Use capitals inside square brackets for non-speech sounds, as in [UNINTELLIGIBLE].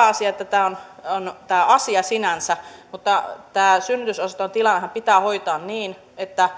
[UNINTELLIGIBLE] asia on on sinänsä hyvä mutta tämä synnytysosastojen tilanne pitää hoitaa niin että